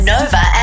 Nova